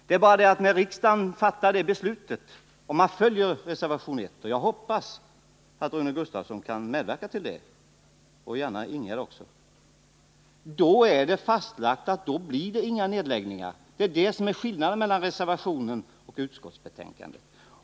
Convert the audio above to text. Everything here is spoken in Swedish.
Det är bara det att om riksdagen fattar beslut i denna riktning genom att bifalla reservation I vid betänkande 47 — och jag hoppas att Rune Gustavsson kan medverka till det, och gärna Ingegärd Oskarsson också — är det fastlagt att då blir det inga nedläggningar. Det är det som är skillnaden mellan reservationen och utskottsmajoritetens skrivning.